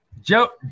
Joe